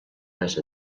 més